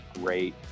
great